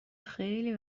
خیلی